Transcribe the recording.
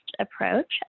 approach